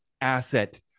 asset